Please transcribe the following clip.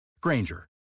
Granger